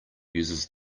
uses